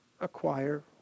acquire